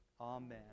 Amen